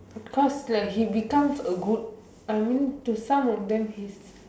cause like he becomes a good I mean to some of them he's